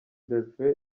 delphin